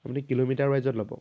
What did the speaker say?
আপুনি কিলোমিটাৰ ৱাইজত ল'ব